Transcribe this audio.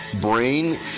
brain